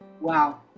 wow